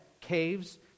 caves